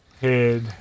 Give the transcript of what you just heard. head